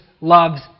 loves